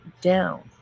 down